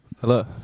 hello